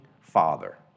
father